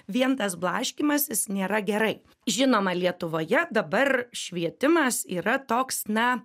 vien tas blaškymasis nėra gerai žinoma lietuvoje dabar švietimas yra toks na